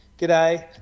g'day